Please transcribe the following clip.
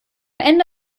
ende